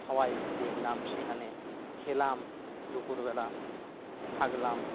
সবাই দেখলাম সেখানে খেলাম দুপুরবেলা থাকলাম